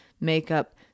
makeup